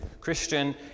Christian